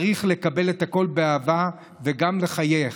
צריך לקבל את הכול באהבה וגם לחייך,